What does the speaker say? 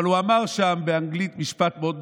אבל הוא אמר שם באנגלית משפט מאוד נכון,